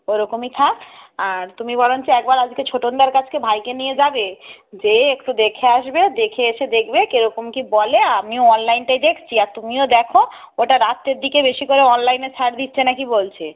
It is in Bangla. ওরকমই থাক আর তুমি বরঞ্চ একবার আজকে ছোটনদার কাছকে ভাইকে নিয়ে যাবে গিয়ে একটু দেখে আসবে দেখে এসে দেখবে কীরকম কী বলে আমিও অনলাইনটায় দেখছি আর তুমিও দেখো ওটা রাত্রের দিকেই বেশি করে অনলাইনে ছাড় দিচ্ছে না কি বলছে